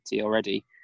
already